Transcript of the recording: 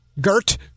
Gert